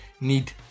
need